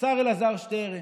השר אלעזר שטרן,